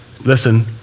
listen